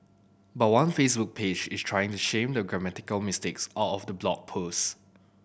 but one Facebook page is trying to shame the grammatical mistakes out of the blog posts